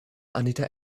anita